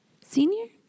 senior